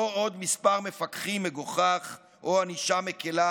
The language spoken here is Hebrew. לא עוד מספר מפקחים מגוחך או ענישה מקילה